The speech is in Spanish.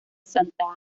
santa